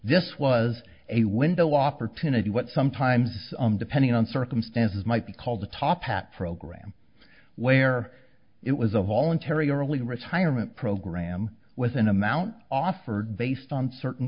this was a window opportunity what sometimes depending on circumstances might be called a top hat program where it was a voluntary early retirement program with an amount offered based on certain